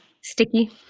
sticky